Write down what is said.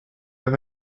have